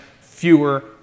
fewer